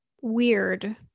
weird